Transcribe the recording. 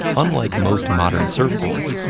unlike most modern surfboards,